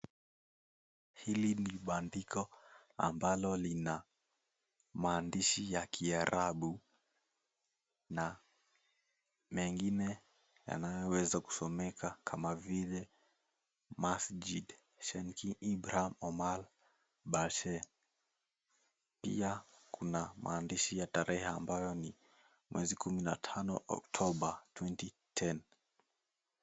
Hili ni maandiko ambalo lina maandishi ya kiarabu na mengine yanayoweza kusomeka kama vile MASJID, SHEIKH IBRAHIM OMAR BAGSHEIR. Pia kuna maandishi ambayo ni tarehe 15 october 2010.